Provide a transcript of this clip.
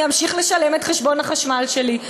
אני אמשיך לשלם את חשבון החשמל שלי?